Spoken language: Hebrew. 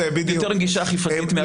זה כן בשווי על כל רכוש את הג'יפ אוכל לתפוס,